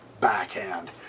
backhand